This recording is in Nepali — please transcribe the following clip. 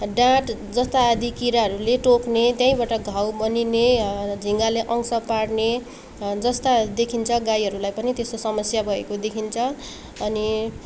डाँठजस्ता आदि किराहरूले टोक्ने त्यहीँबाट घाउ बनिने झिँगाले अङ्स पार्ने जस्ता देखिन्छ गाईहरूलाई पनि त्यस्तो समस्या भएको देखिन्छ अनि